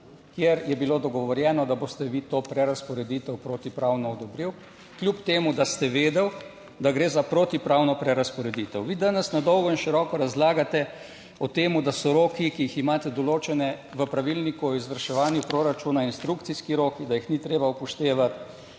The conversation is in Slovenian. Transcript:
kjer je bilo dogovorjeno, da boste vi to prerazporeditev protipravno odobril, kljub temu, da ste vedel, da gre za protipravno prerazporeditev. Vi danes na dolgo in široko razlagate o tem, da so roki, ki jih imate določene v Pravilniku o izvrševanju proračuna, instrukcijski roki, da jih ni treba upoštevati,